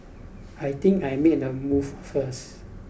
I think I make a move first